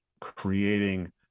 creating